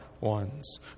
ones